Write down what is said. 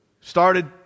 Started